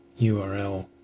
url